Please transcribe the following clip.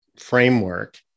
framework